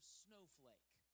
snowflake